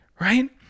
right